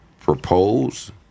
propose